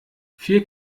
vier